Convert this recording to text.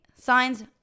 signs